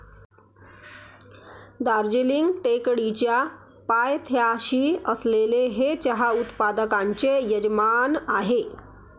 दार्जिलिंग टेकडीच्या पायथ्याशी असलेले हे चहा उत्पादकांचे यजमान आहे